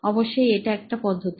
অবশ্যই এটা একটা পদ্ধতি